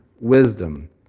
wisdom